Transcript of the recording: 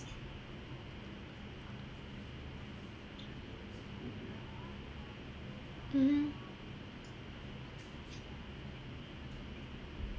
mmhmm